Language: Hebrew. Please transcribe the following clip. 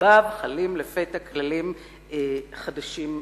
לגביו חלים לפתע כללים חדשים לחלוטין.